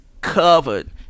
covered